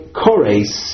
kores